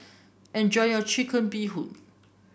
enjoy your Chicken Bee Hoon